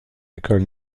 école